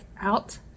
out